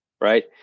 right